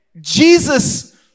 Jesus